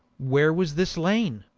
where was this lane?